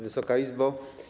Wysoka Izbo!